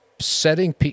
setting